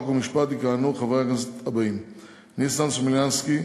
חוק ומשפט יכהנו חברי הכנסת ניסן סלומינסקי,